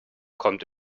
kommt